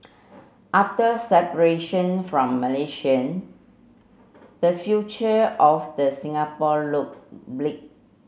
after separation from Malaysian the future of the Singapore looked bleak